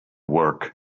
work